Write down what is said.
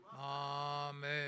Amen